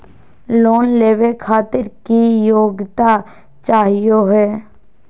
Loan लेवे खातीर की योग्यता चाहियो हे?